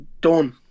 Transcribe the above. Done